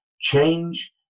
Change